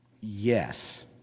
Yes